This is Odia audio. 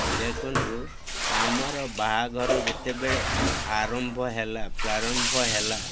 ଦେଖନ୍ତୁ ଆମର ବାହାଘର ଯେତେବେଳେ ଆରମ୍ଭ ହେଲା ପ୍ରାରମ୍ଭ ହେଲା